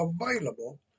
available